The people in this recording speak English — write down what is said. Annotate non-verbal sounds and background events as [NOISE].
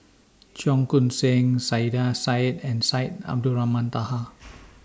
Cheong Koon Seng Saiedah Said and Syed Abdulrahman Taha [NOISE]